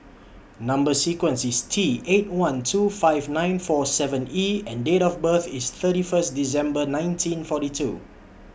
Number sequence IS T eight one two five nine four seven E and Date of birth IS thirty First December nineteen forty two